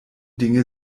dinge